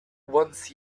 wants